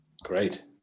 Great